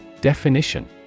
Definition